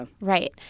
Right